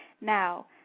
Now